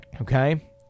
okay